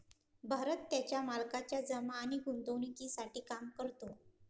भरत त्याच्या मालकाच्या जमा आणि गुंतवणूकीसाठी काम करतो